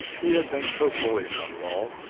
he had been so bully about it all.